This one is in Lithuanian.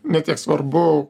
ne tiek svarbu